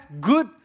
good